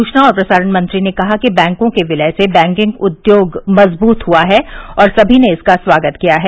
सूचना और प्रसारण मंत्री ने कहा कि बैंकों के विलय से बैंकिंग उद्योग मजबूत हुआ है और सभी ने इसका स्वागत किया है